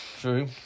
True